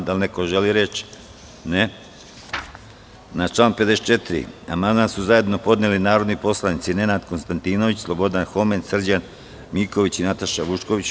Da li neko želi reč? (Ne) Na član 54. amandman su zajedno podneli narodni poslanici Nenad Konstantinović, Slobodan Homen, Srđan Miković i Nataša Vučković.